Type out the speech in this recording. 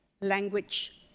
language